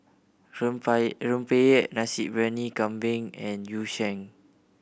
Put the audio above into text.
rempeyek Nasi Briyani Kambing and Yu Sheng